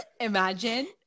Imagine